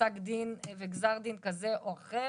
פסק דין וגזר דין כזה או אחר